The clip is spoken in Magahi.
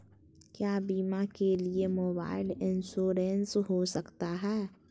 क्या बीमा के लिए मोबाइल इंश्योरेंस हो सकता है?